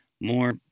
more